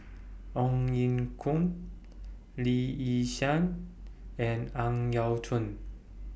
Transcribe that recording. Ong Ye Kung Lee Yi Shyan and Ang Yau Choon